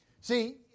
See